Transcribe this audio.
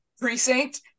precinct